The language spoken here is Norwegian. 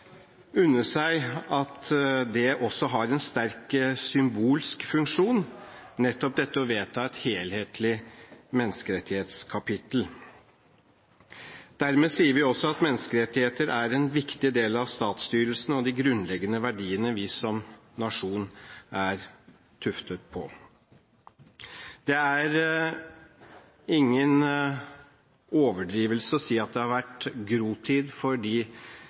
et helhetlig menneskerettighetskapittel også har en sterk symbolsk funksjon. Dermed sier vi også at menneskerettigheter er en viktig del av statsstyrelsen og de grunnleggende verdiene vi som nasjon er tuftet på. Det er ingen overdrivelse å si at det har vært grotid for de